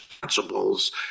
principles